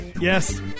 Yes